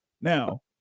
Now